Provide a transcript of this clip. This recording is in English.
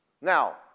Now